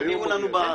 תביאו לנו.